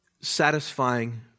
satisfying